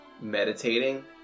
meditating